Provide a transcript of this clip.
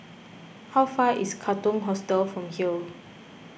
how far away is Katong Hostel from here